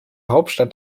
hauptstadt